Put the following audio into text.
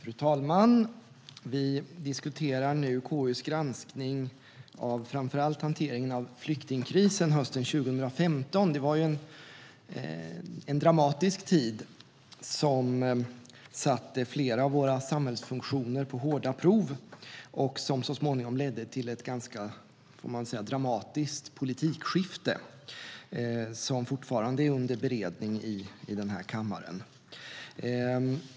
Fru talman! Vi diskuterar nu KU:s granskning av framför allt hanteringen av flyktingkrisen hösten 2015. Det var en dramatisk tid som satte flera av våra samhällsfunktioner på hårda prov och som så småningom ledde till ett dramatiskt politikskifte, som fortfarande är under beredning i kammaren.